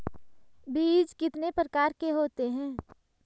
बीज कितने प्रकार के होते हैं?